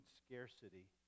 scarcity